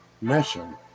mission